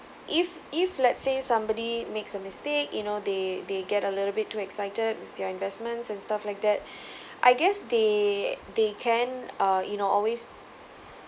if if let's say somebody makes a mistake you know they they get a little bit too excited with their investments and stuff like that I guess they they can err you know always